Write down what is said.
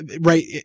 Right